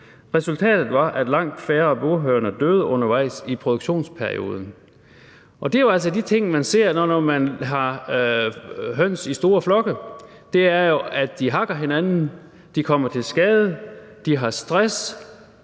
Resultatet var, at langt færre burhøner døde undervejs i produktionsperioden. Og det er jo de ting, man ser, når man har høns i store flokke, altså at de hakker hinanden, at de kommer til skade, og at de har stress,